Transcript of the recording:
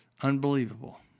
Unbelievable